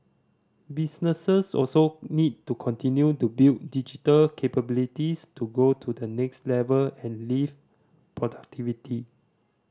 businesses also need to continue to build digital capabilities to go to the next level and lift productivity